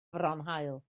fronhaul